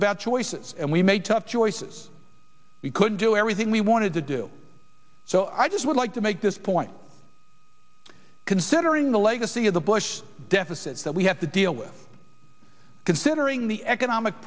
about choices and we make tough choices we could do everything we wanted to do so i just would like to make this point considering the legacy of the bush deficits that we have to deal with considering the economic